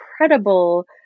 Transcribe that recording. incredible